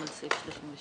רוב נגד,